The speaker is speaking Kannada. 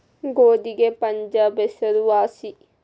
ಗೋಧಿಗೆ ಪಂಜಾಬ್ ಹೆಸರು ವಾಸಿ